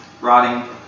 rotting